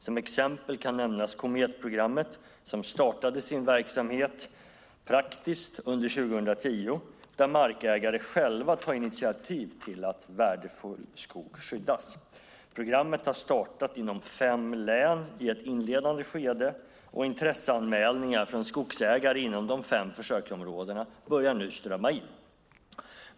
Som exempel kan nämnas Kometprogrammet som startade sin verksamhet praktiskt under 2010, där markägare själva tar initiativ till att värdefull skog skyddas. Programmet har startat inom fem län i ett inledande skede. Intresseanmälningar från skogsägare inom de fem försöksområdena börjar nu strömma in.